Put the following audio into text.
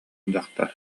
дьахтар